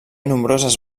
nombroses